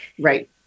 Right